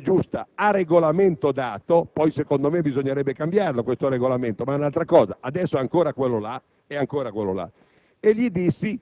giusta, a Regolamento dato (anche se, secondo me, bisognerebbe cambiare il Regolamento, ma questa è un'altra cosa, adesso è ancora in